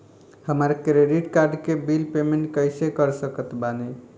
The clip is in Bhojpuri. हमार क्रेडिट कार्ड के बिल पेमेंट कइसे कर सकत बानी?